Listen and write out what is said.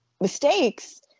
mistakes